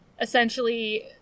essentially